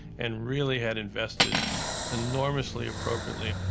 and really had invested enormously appropriately,